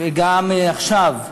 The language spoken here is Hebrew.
וגם עכשיו,